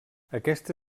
aquesta